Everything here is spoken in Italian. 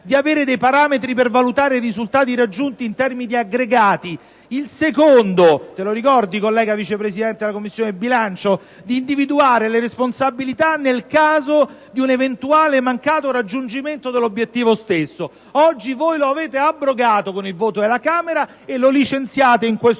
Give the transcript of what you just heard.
di avere parametri per valutare i risultati raggiunti in termini di aggregati; il secondo - te lo ricordi, collega Vice Presidente della Commissione bilancio? - era quello di individuare le responsabilità nel caso di un eventuale mancato raggiungimento dell'obiettivo stesso. Oggi lo avete abrogato con il voto alla Camera e lo licenziate in questo modo,